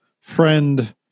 friend